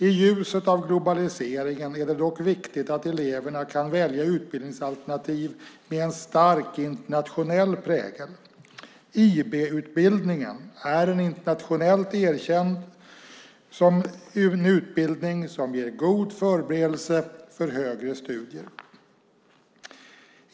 I ljuset av globaliseringen är det dock viktigt att eleverna kan välja utbildningsalternativ med en stark internationell prägel. IB-utbildningen är internationellt erkänd som en utbildning som ger god förberedelse för högre studier.